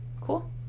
Cool